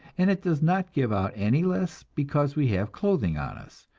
and it does not give out any less because we have clothing on us,